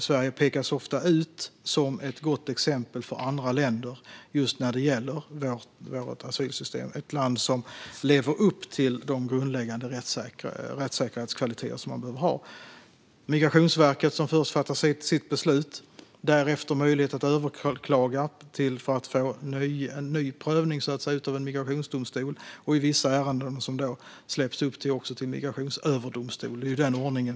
Sverige pekas ofta ut som ett gott exempel för andra länder vad gäller vårt asylsystem som ett land som lever upp till de grundläggande rättssäkerhetskvaliteter som man behöver ha. Vi har Migrationsverket som först fattar sitt beslut. Därefter har man möjlighet att överklaga till en migrationsdomstol för att få en ny prövning. Vissa ärenden släpps även upp till Migrationsöverdomstolen. Detta är vår ordning.